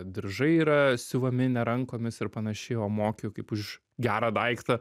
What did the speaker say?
diržai yra siuvami ne rankomis ir panašiai o moki kaip už gerą daiktą